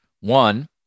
One